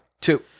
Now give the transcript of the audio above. Two